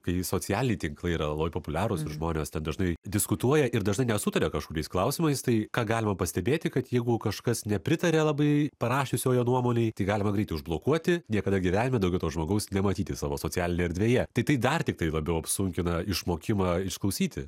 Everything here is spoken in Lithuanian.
kai socialiniai tinklai yra labai populiarūs žmonės ten dažnai diskutuoja ir dažnai nesutaria kažkuriais klausimais tai ką galima pastebėti kad jeigu kažkas nepritaria labai parašiusiojo nuomonei tai galima greitai užblokuoti niekada gyvenime daugiau to žmogaus nematyti savo socialinėje erdvėje tai dar tiktai labiau apsunkina išmokimą išklausyti